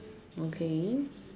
okay